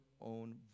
own